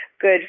good